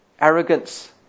arrogance